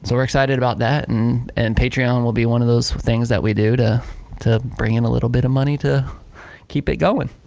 so we're excited about that and and patreon and will be one of those things that we do to to bring in a little bit of money to keep it going.